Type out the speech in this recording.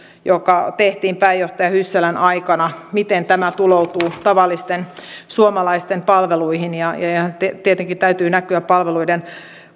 joka tehtiin pääjohtaja hyssälän aikana tuloutuu tavallisten suomalaisten palveluihin ja ja sen tietenkin täytyy näkyä palveluiden